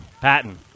Patton